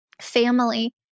family